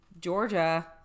Georgia